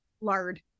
lard